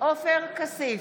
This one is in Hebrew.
עופר כסיף,